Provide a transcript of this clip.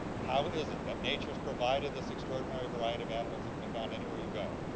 how is it that nature has provided this extraordinary variety of animals that can be found anywhere you go.